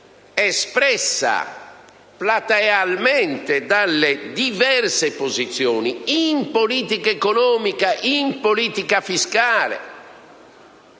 espressa platealmente dalle diverse posizioni nella politica economica e in quella fiscale